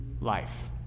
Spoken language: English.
life